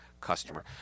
customer